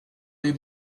les